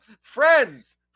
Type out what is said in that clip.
friends